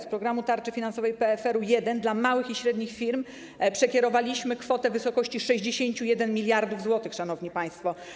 Z programu tarczy finansowej PFR-u 1.0 dla małych i średnich firm przekierowaliśmy kwotę w wysokości 61 mld zł, szanowni państwo.